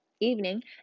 evening